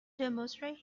demonstrate